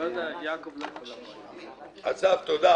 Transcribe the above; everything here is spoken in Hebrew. אסף, תודה.